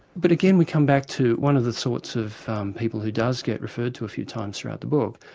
but again, we come back to one of the sorts of people who does get referred to a few times throughout the book,